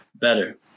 better